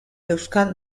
euskal